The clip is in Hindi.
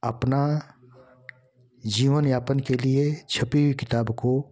अपना जीवन यापन के लिए छपी हुई किताबों को